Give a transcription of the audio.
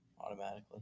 automatically